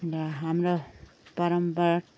र हाम्रा परम्परा